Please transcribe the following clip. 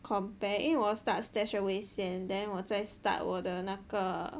compare 因为我用 start StashAway 先 then 我在 start 我的那个